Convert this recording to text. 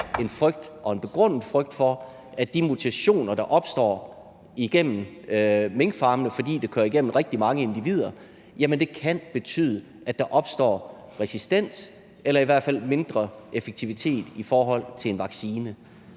en frygt og en begrundet frygt for, at de mutationer, der opstår igennem minkfarmene, fordi det kører igennem rigtig mange individer, kan betyde, at der opstår resistens eller i hvert fald mindre effektivitet i forhold til en vaccine.